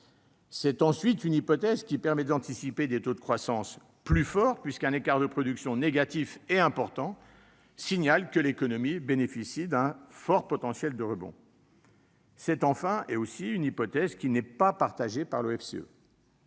C'est ensuite une hypothèse qui permet d'anticiper des taux de croissance plus forts, puisqu'un écart de production négatif et important signale que l'économie bénéficie d'un fort potentiel de rebond. C'est enfin une hypothèse qui n'est partagée que par l'OFCE.